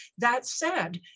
that said,